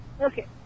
Okay